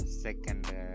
second